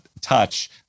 touch